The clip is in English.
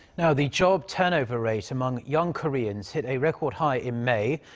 the job turnover rate among young koreans hit a record-high in may.